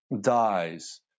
dies